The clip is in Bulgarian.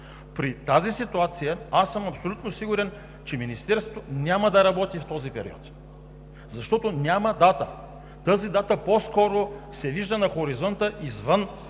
при тази ситуация, аз съм абсолютно сигурен, че Министерството няма да работи в този период, защото няма дата. Тази дата по-скоро се вижда на хоризонта извън